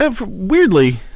Weirdly